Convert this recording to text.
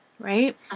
Right